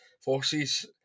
forces